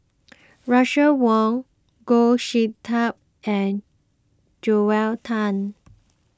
Russel Wong Goh Sin Tub and Joel Tan